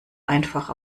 einfach